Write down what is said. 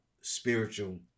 spiritual